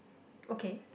ok